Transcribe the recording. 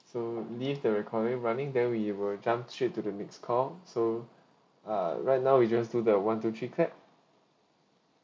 so leave the recording running then we will jump straight to the next call so uh right now we just do the one two three clap